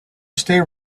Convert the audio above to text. stay